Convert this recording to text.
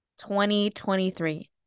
2023